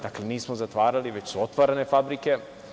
Dakle, nismo zatvarali, već su otvarane fabrike.